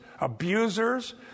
abusers